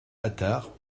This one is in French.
attard